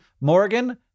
Morgan